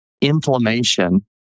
inflammation